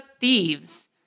thieves